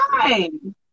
fine